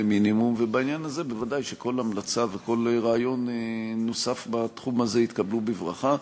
ובעניין הזה בוודאי שכל המלצה וכל רעיון נוסף בתחום הזה יתקבלו בברכה.